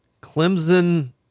Clemson